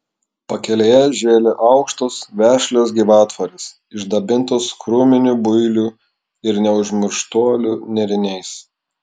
pakelėje žėlė aukštos vešlios gyvatvorės išdabintos krūminių builių ir neužmirštuolių nėriniais